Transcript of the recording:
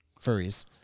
furries